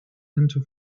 into